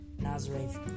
Nazareth